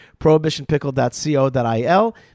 prohibitionpickle.co.il